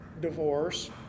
divorce